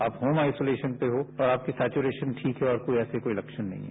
आप home isolation पर हो और आपकी सेचुरेशन ठीक है और आपको ऐसे कोई लक्षण नहीं हैं